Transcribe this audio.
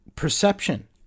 perception